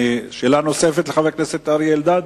שאלה נוספת לחבר הכנסת אריה אלדד.